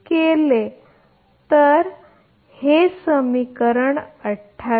काय मिळेल ते समीकरण 28